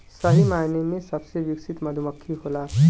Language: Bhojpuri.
सही मायने में सबसे विकसित मधुमक्खी होला